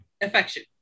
affection